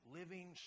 living